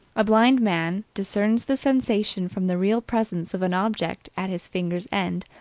a blind man discerns the sensation from the real presence of an object at his fingers' end,